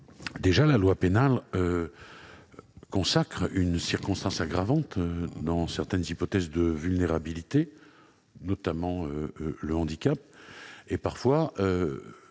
la loi pénale consacre déjà une circonstance aggravante dans certaines hypothèses de vulnérabilité, notamment en cas de handicap. Parfois,